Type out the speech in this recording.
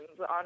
on